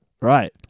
Right